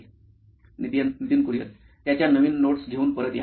Nitin Kurian COO nine electronics त्याच्या नवीन notes घेऊन परत या